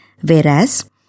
Whereas